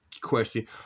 question